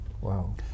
Wow